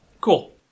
Cool